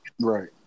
Right